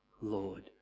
Lord